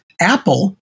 Apple